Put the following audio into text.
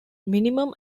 minimum